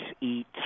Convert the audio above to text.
eat